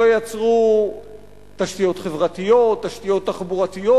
לא יצרו תשתיות חברתיות, תשתיות תחבורתיות.